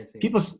People